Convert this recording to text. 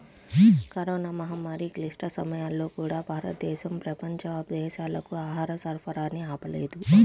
corona మహమ్మారి క్లిష్ట సమయాల్లో కూడా, భారతదేశం ప్రపంచ దేశాలకు ఆహార సరఫరాని ఆపలేదు